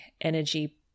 energy